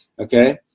Okay